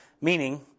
meaning